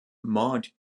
maud